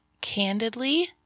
candidly